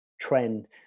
trend